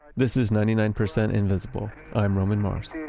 this is ninety nine percent invisible. i'm roman mars.